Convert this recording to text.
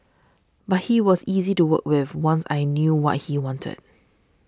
but he was easy to work with once I knew what he wanted